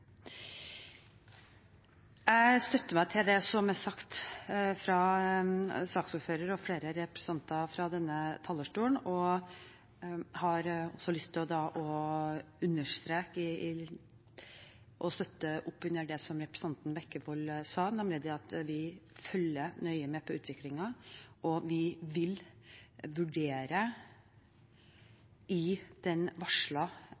flere representanter fra denne talerstolen. Jeg har også lyst til å understreke og støtte opp under det representanten Bekkevold sa, nemlig at vi følger nøye med på utviklingen, og at vi i den varslede evalueringen vil vurdere